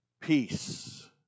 Peace